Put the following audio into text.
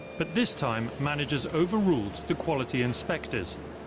but this time, managers overruled the quality inspectors.